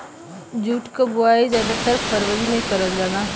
jute क बोवाई जादातर फरवरी में करल जाला